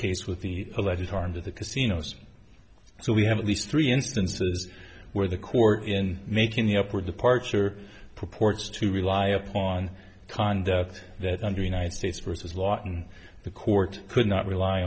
case with the alleged harm to the casinos so we have at least three instances where the court in making the upper departure purports to rely upon con death that under united states versus lawton the court could not rely